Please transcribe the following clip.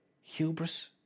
hubris